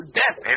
death